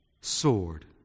sword